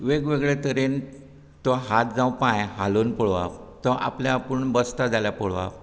वेग वेगळ्या तरेन तो हात जावं पांय हालोवन पळोवप तो आपल्या आपूण बसता जाल्यार पळोवप